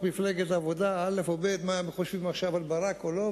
מפלגת העבודה א' או ב' מה הם חושבים עכשיו על ברק או לא,